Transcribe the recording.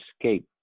escape